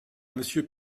monsieur